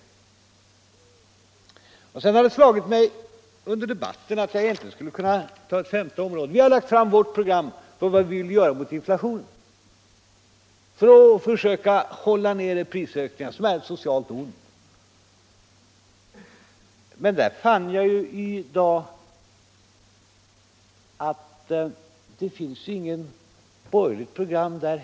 Det har slagit mig under debatten att jag egentligen borde ta upp ett femte område. Vi har lagt fram vårt program för vad vi vill göra mot inflationen, som är ett socialt ont. Vi har uttalat vilka linjer vi vill följa när det gäller att bekämpa prisstegringarna.